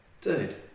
Dude